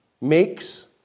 makes